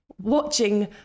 watching